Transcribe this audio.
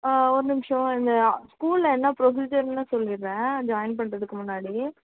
ஆ ஒரு நிமிசம் இந்த ஸ்கூலில் என்ன புரொசிஜருன்னு சொல்லிடுறேன் ஜாயின் பண்ணுறதுக்கு முன்னாடி